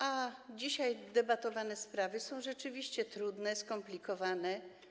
A dzisiaj debatowane sprawy są rzeczywiście trudne, skomplikowane.